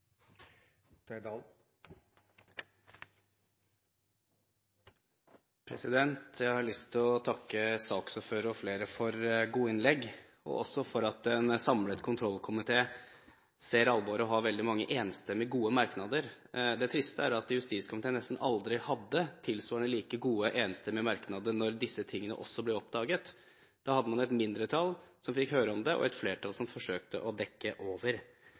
for gode innlegg. Jeg vil også takke for at en samlet kontrollkomité ser alvoret og har veldig mange enstemmige, gode merknader. Det triste er at justiskomiteen nesten aldri hadde tilsvarende like gode, enstemmige merknader da disse tingene også ble oppdaget. Da hadde man et mindretall som fikk høre om det og et flertall som forsøkte å dekke over.